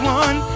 one